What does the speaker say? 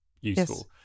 useful